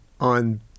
on